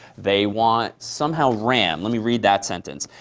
they want somehow ram let me read that sentence.